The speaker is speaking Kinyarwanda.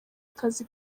akazi